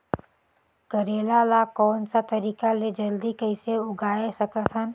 करेला ला कोन सा तरीका ले जल्दी कइसे उगाय सकथन?